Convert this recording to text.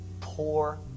poor